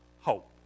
hope